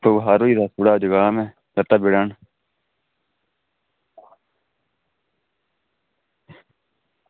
बखार होई गेदा थोह्ड़ा जकाम ऐ लत्तां पीड़ां न